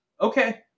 Okay